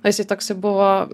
o jisai toksai buvo